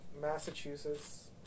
Massachusetts